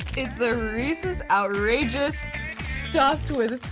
its the reese's outrageous stuffed with